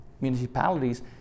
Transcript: municipalities